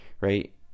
right